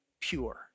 pure